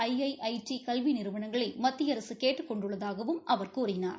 IIIT கல்வி நிறுவனங்களை மத்திய அரசு கேட்டுக் கொண்டுள்ளதாகவும் அவர் கூறினார்